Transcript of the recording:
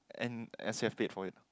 and S_A_F paid for it